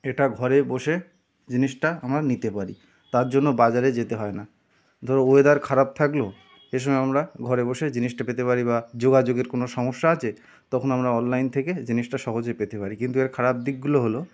এটা ঘরে বসে জিনিসটা আমার নিতে পারি তার জন্য বাজারে যেতে হয় না ধরো ওয়েদার খারাপ থাকলো এই সময় আমরা ঘরে বসে জিনিসটা পেতে পারি বা যোগাযোগের কোনো সমস্যা আছে তখন আমরা অনলাইন থেকে জিনিসটা সহজে পেতে পারি কিন্তু এর খারাপ দিকগুলো হলো